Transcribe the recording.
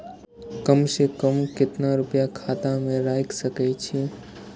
कम से कम केतना रूपया खाता में राइख सके छी?